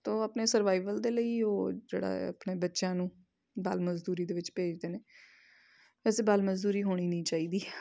ਤੋ ਆਪਣੇ ਸਰਵਾਈਵਲ ਦੇ ਲਈ ਉਹ ਜਿਹੜਾ ਹੈ ਆਪਣੇ ਬੱਚਿਆਂ ਨੂੰ ਬਾਲ ਮਜ਼ਦੂਰੀ ਦੇ ਵਿੱਚ ਭੇਜਦੇ ਨੇ ਵੈਸੇ ਬਾਲ ਮਜ਼ਦੂਰੀ ਹੋਣੀ ਨਹੀਂ ਚਾਹੀਦੀ